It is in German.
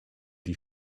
die